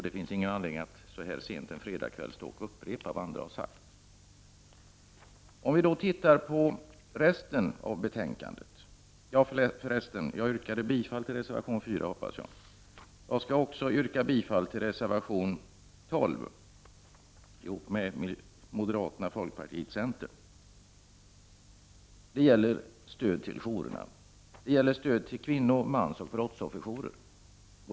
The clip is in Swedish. Det finns ingen anledning att så här sent en fredagkväll stå och upprepa vad andra har sagt. Reservation 12 har vi avgivit tillsammans med moderaterna, folkpartiet och centern. Det gäller stöd till jourerna — kvinno-, mansoch brottsofferjourer.